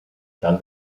tal